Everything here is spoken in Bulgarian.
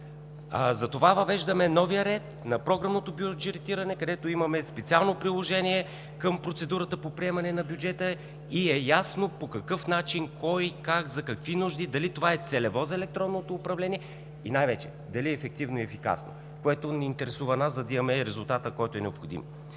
Затова въвеждаме новия ред на програмното бюджетиране, където имаме специално приложение към процедурата по приемане на бюджета и е ясно по какъв начин – кой, как, за какви нужди, дали това е целево за електронното управление, и най-вече дали е ефективно и ефикасно, което ни интересува нас, за да имаме резултата, който е необходим.